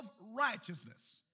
Righteousness